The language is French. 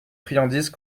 friandises